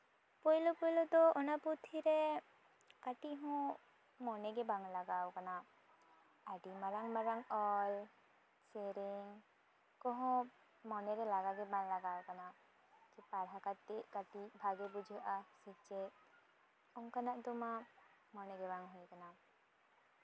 ᱯᱳᱭᱞᱳ ᱯᱳᱭᱞᱳ ᱫᱚ ᱚᱱᱟ ᱯᱩᱛᱷᱤᱨᱮ ᱠᱟᱹᱴᱤᱡ ᱦᱚᱸ ᱢᱚᱱᱮ ᱜᱮ ᱵᱟᱝ ᱞᱟᱜᱟᱣ ᱠᱟᱱᱟ ᱟᱹᱰᱤ ᱢᱟᱨᱟᱝ ᱢᱟᱨᱟᱝ ᱚᱞ ᱥᱮᱨᱮᱧ ᱠᱚᱦᱚᱸ ᱢᱚᱱᱮᱨᱮ ᱞᱟᱜᱟᱣ ᱜᱮ ᱵᱟᱝ ᱞᱟᱜᱟᱣ ᱠᱟᱱᱟ ᱯᱟᱲᱦᱟᱣ ᱠᱟᱛᱮᱜ ᱠᱟᱹᱴᱤᱡ ᱵᱷᱟᱜᱮ ᱵᱩᱡᱷᱟᱹᱜᱼᱟ ᱥᱮ ᱪᱮᱫ ᱚᱱᱠᱟᱱᱟᱜ ᱫᱚᱢᱟ ᱢᱚᱱᱮᱜᱮ ᱵᱟᱝ ᱦᱩᱭ ᱠᱟᱱᱟ